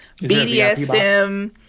BDSM